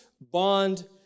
Bond